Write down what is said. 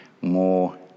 more